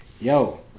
Yo